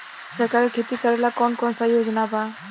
सरकार के खेती करेला कौन कौनसा योजना बा?